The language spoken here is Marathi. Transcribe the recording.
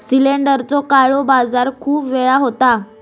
सिलेंडरचो काळो बाजार खूप वेळा होता